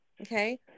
Okay